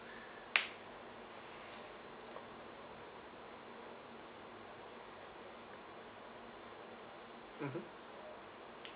mmhmm